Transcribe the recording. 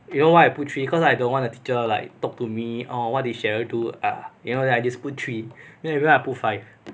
you know why I put three cause I don't want the teacher like talk to me oh what did cheryl ah you know I just put three then everyone I put five